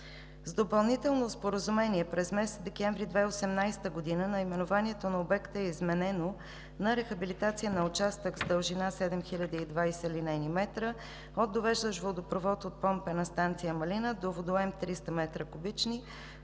С допълнително споразумение през месец декември 2018 г. наименованието на обекта е изменено на „Рехабилитация на участък с дължина 7020 линейни метра от довеждащ водопровод от Помпена станция Малина до водоем 300 м3